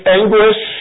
anguish